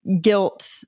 guilt